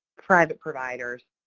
private providers,